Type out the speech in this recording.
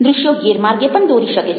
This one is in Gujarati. દ્રશ્યો ગેરમાર્ગે પણ દોરી શકે છે